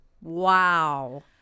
Wow